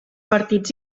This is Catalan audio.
partits